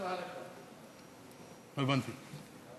לא הבנתי.